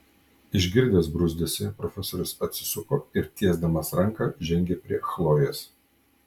išgirdęs bruzdesį profesorius atsisuko ir tiesdamas ranką žengė prie chlojės